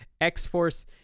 x-force